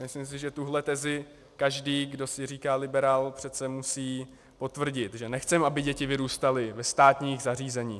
Myslím si, že tuto tezi každý, kdo si říká liberál, přece musí potvrdit, že nechceme, aby děti vyrůstaly ve státních zařízeních.